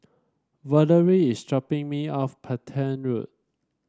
Valerie is dropping me off Petain Road